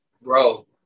bro